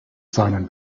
seinen